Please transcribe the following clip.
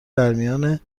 درمیان